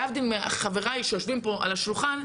להבדיל מחבריי שיושבים פה על השולחן,